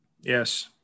yes